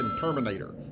terminator